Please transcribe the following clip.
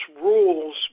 rules